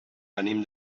venim